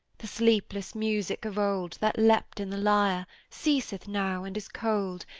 the sleepless music of old, that leaped in the lyre, ceaseth now, and is cold,